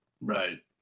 Right